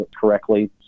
correctly